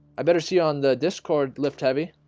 i better see on the discord lift heavy